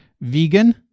vegan